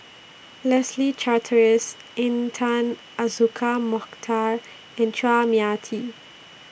Leslie Charteris Intan Azura Mokhtar and Chua Mia Tee